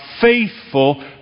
faithful